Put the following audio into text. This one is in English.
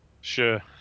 sure